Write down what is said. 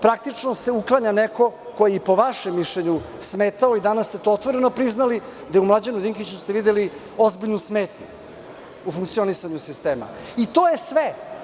Praktično se uklanja neko ko je po vašem mišljenju smetao i danas ste to otvoreno priznali da ste u Mlađanu Dinkiću videli ozbiljnu smetnju u funkcionisanju sistema, i to je sve.